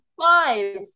five